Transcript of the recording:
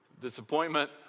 Disappointment